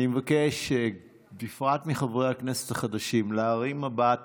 אני מבקש, בפרט מחברי הכנסת החדשים, להרים מבט